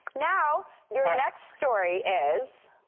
now your next story is